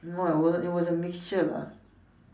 no I wasn't it was a mixture lah